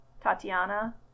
Tatiana